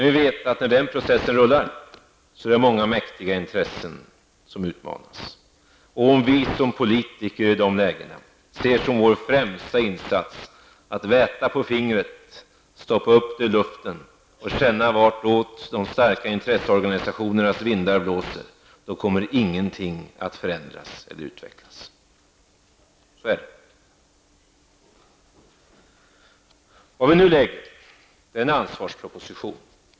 Vi vet att innan den processen rullar är det många mäktiga intressen som utmanas. Om vi som politiker i dessa lägen ser som vår främsta insats att väta fingret, sätta upp det i luften och känna vartåt de starka intresseorganisationernas vindar blåser, kommer ingenting att förändras eller utvecklas. Så är det. Nu lägger vi fram en ansvarsproposition.